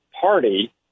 Party